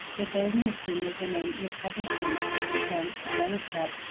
they boldly assumed the name republican the term democrat,